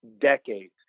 decades